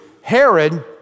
Herod